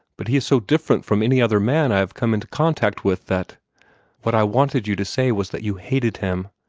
but he is so different from any other man i have come into contact with that what i wanted you to say was that you hated him,